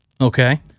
Okay